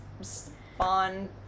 spawn